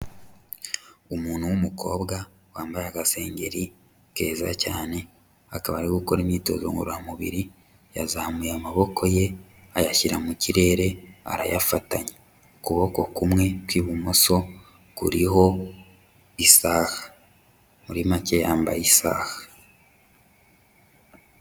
Umuntu w'umukobwa wambaye agasengeri keza cyane, akaba ari gukora imyitozo ngororamubiri yazamuye amaboko ye ayashyira mu kirere arayafatanya, ukuboko kumwe kw'ibumoso kuriho isaha, muri make yambaye isaha.